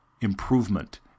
improvement